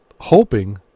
hoping